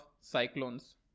cyclones